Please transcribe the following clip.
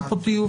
יהיה פה טיוב.